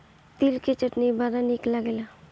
तिल के चटनी बड़ा निक लागेला